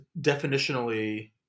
definitionally